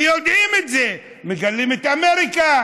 ויודעים את זה, מגלים את אמריקה.